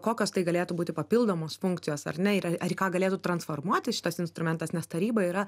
kokios tai galėtų būti papildomos funkcijos ar ne yra tai ką galėtų transformuoti šitas instrumentas nes taryba yra